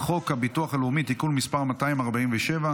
מוגבלות (תיקון מס' 22 והוראת שעה)